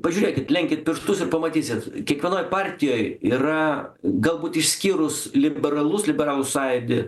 pažiūrėkit lenkit pirštus ir pamatysit kiekvienoj partijoj yra galbūt išskyrus liberalus liberalų sąjūdį